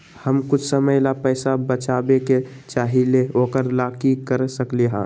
हम कुछ समय ला पैसा बचाबे के चाहईले ओकरा ला की कर सकली ह?